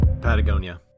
Patagonia